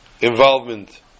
involvement